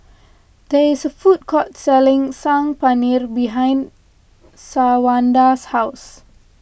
there is a food court selling Saag Paneer behind Shawanda's house